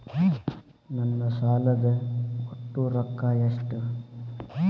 ನನ್ನ ಸಾಲದ ಒಟ್ಟ ರೊಕ್ಕ ಎಷ್ಟು?